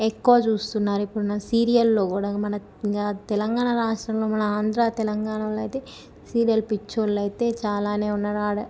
ఎక్కువ చూస్తున్నారు ఇప్పుడున్న సీరియల్లో కూడా మన తెలంగాణ రాష్ట్రంలో మన ఆంధ్రా తెలంగాణలో అయితే సీరియల్ పిచ్చోళ్ళైతే చాలానే ఉన్నారు ఆడ